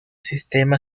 sistema